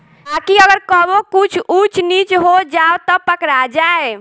ताकि अगर कबो कुछ ऊच नीच हो जाव त पकड़ा जाए